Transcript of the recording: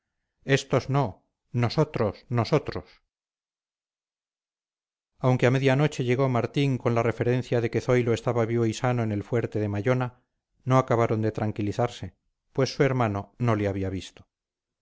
estos no nosotros nosotros aunque a media noche llegó martín con la referencia de que zoilo estaba vivo y sano en el fuerte de mallona no acabaron de tranquilizarse pues su hermano no le había visto